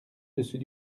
dessus